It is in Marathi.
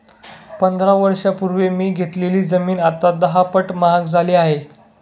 पंधरा वर्षांपूर्वी मी घेतलेली जमीन आता दहापट महाग झाली आहे